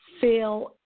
feel